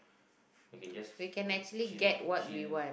you can just chill chill